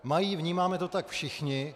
Mají, vnímáme to tak všichni.